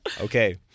Okay